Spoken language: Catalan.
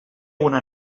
una